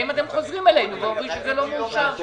האם אתם חוזרים אלינו ואומרים שזה לא מאושר?